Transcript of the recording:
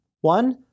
One